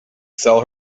sell